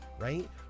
right